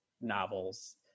novels